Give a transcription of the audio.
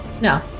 no